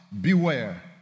beware